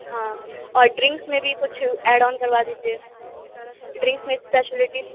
ہاں اور ڈرنکس میں بھی کچھ ایڈ آن کروا دیجئے ڈرنکس میں اسپیشیلیٹی